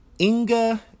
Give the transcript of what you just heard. Inga